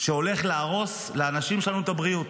שהולך להרוס לאנשים שלנו את הבריאות.